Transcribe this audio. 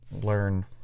learn